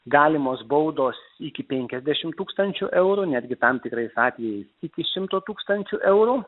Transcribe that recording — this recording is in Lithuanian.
galimos baudos iki peankiasdešim tūkstančių eurų netgi tam tikrais atvejais iki šimto tūkstančių eurų